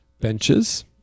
benches